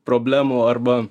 problemų arba